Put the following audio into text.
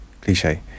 cliche